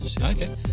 okay